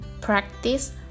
practice